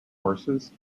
horses